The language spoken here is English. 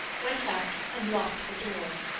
went out, and locked the door.